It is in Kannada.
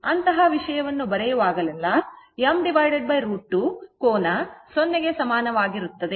ಅಂತಹ ವಿಷಯವನ್ನು ಬರೆಯುವಾಗಲೆಲ್ಲಾ m √ 2 ಕೋನ 0 ಕ್ಕೆ ಸಮನಾಗಿರುತ್ತದೆ